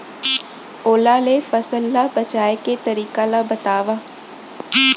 ओला ले फसल ला बचाए के तरीका ला बतावव?